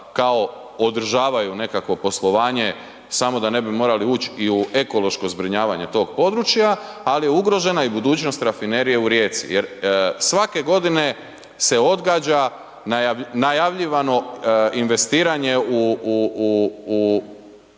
kao održavaju nekakvo poslovanje samo da ne bi morali ući i u ekološko zbrinjavanje tog područja, ali je ugrožena i budućnost rafinerije u Rijeci jer svake godine se odgađa najavljivano investiranje u riječku